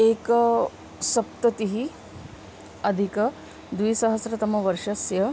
एकसप्ततिः अधिकद्विसहस्रतमवर्षस्य